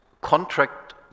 contract